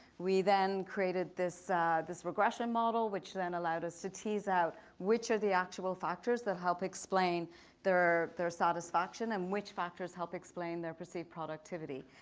we then created this this regression model which then allowed us to tease out which are the actual factors that help explain their their satisfaction and which factors help explain their perceived productivity.